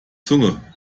zunge